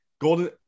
Golden